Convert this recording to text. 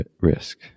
risk